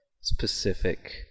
specific